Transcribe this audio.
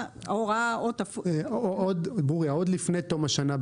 עוד לפני תום השנה,